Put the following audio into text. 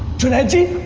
should i do?